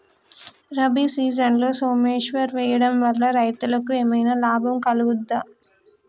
రబీ సీజన్లో సోమేశ్వర్ వేయడం వల్ల రైతులకు ఏమైనా లాభం కలుగుద్ద?